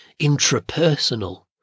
Intrapersonal